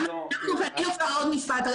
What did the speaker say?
משפט סיום.